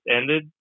ended